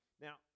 Now